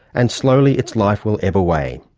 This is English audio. and slowly its life will ebb away.